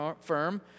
firm